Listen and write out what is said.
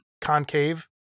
concave